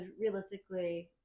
realistically